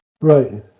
right